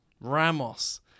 Ramos